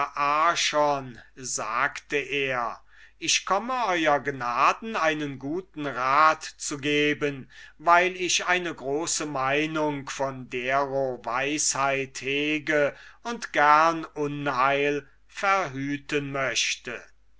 sagte er ich komme ew gnaden einen guten rat zu geben weil ich eine große meinung von dero weisheit hege und gerne unheil verhüten möchte